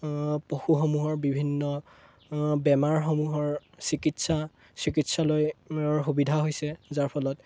পশুসমূহৰ বিভিন্ন বেমাৰসমূহৰ চিকিৎসা চিকিৎসালয়ৰ সুবিধা হৈছে যাৰ ফলত